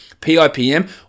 PIPM